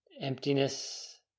emptiness